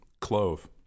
Clove